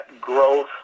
growth